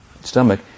stomach